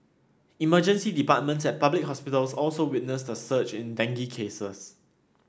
emergency departments at public hospitals also witnessed a surge in dengue cases